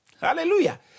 Hallelujah